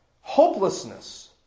Hopelessness